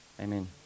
Amen